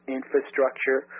infrastructure